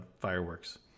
fireworks